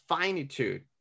finitude